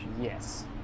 Yes